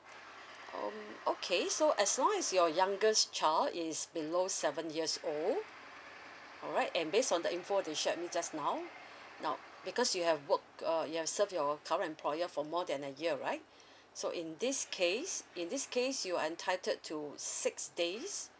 um okay so as long as your youngest child is below seven years old alright and based on the info that you shared with me just now now because you have worked uh you have served your current employer for more than a year right so in this case in this case you are entitled to six days